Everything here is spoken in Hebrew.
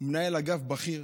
מנהל אגף בכיר